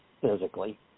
physically